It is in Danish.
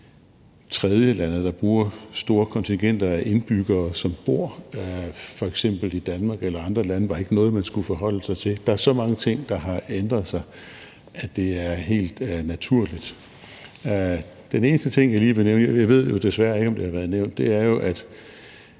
om tredjelande, der bruger store kontingenter af indbyggere, som bor i f.eks. Danmark eller andre lande, var ikke noget, man skulle forholde sig til. Der er så mange ting, der har ændret sig, at det er helt naturligt. Den eneste ting, jeg lige vil nævne, og jeg ved desværre ikke, om det har været nævnt, er jo, at